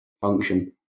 Function